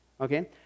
Okay